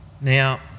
Now